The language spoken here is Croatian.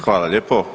Hvala lijepo.